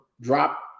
drop